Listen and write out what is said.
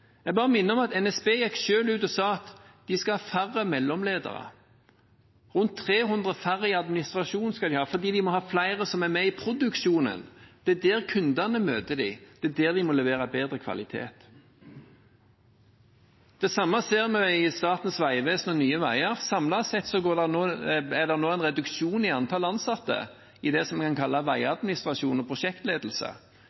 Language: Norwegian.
Jeg bare minner om at NSB gikk selv ut og sa at de skal ha færre mellomledere – rundt 300 færre i administrasjonen, fordi de må ha flere som er med i produksjonen. Det er der kundene møter dem, det er der de må levere bedre kvalitet. Det samme ser vi i Statens vegvesen og Nye Veier. Samlet sett er det nå en reduksjon i antall ansatte i det som